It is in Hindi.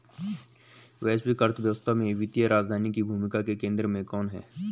वैश्विक अर्थव्यवस्था में वित्तीय राजधानी की भूमिका के केंद्र में कौन है?